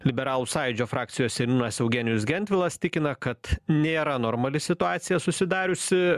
liberalų sąjūdžio frakcijos seniūnas eugenijus gentvilas tikina kad nėra normali situacija susidariusi